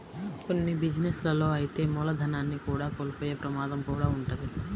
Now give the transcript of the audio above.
కొన్ని బిజినెస్ లలో అయితే మూలధనాన్ని కూడా కోల్పోయే ప్రమాదం కూడా వుంటది